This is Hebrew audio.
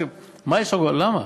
למה?